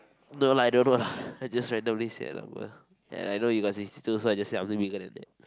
no lah I don't know lah I just randomly say lah but and I know you got sixty two so I just say I'm still bigger than that